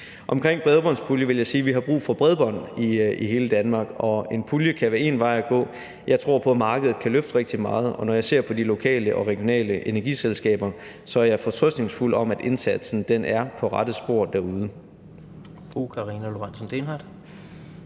med bredbåndspuljen vil jeg sige, at vi har brug for bredbånd i hele Danmark, og en pulje kan være én vej at gå. Jeg tror på, at markedet kan løfte rigtig meget, og når jeg ser på de lokale og regionale energiselskaber, er jeg fortrøstningsfuld om, at indsatsen er på rette spor derude.